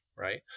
right